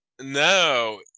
No